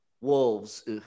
Wolves